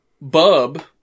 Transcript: Bub